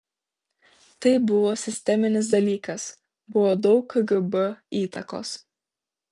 tai buvo sisteminis dalykas buvo daug kgb įtakos